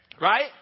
Right